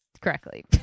correctly